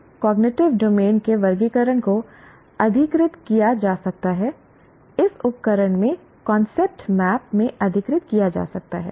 इसलिए cognitive domain के वर्गीकरण को अधिकृत किया जा सकता है इस उपकरण में कॉन्सेप्ट मैप में अधिकृत किया जा सकता है